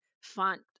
font